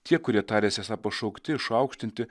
tie kurie tariasi esą pašaukti išaukštinti